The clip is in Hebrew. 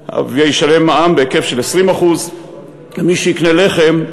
וישלם מע"מ בהיקף של 20%. מי שיקנה לחם,